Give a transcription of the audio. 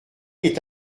est